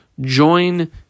join